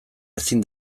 ezin